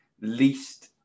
least